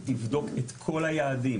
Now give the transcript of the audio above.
היא תבדוק את כל היעדים,